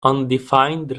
undefined